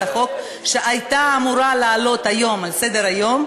החוק שהייתה אמורה לעלות היום לסדר-היום,